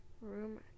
room